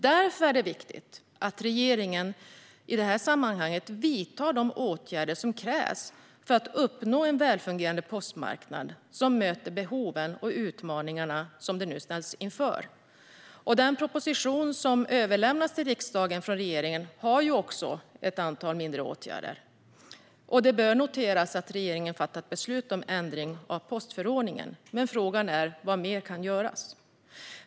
Därför är det viktigt att regeringen i detta sammanhang vidtar de åtgärder som krävs för att uppnå en välfungerande postmarknad som möter de behov och utmaningar som den nu ställs inför. Den proposition som överlämnats till riksdagen från regeringen innehåller ett antal mindre åtgärder, och det bör noteras att regeringen har fattat beslut om ändring av postförordningen. Men frågan är: Vad mer kan göras?